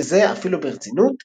לזה אפילו ברצינות.